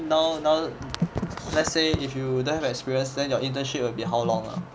now now let's say if you don't have experience then your internship will be how long ah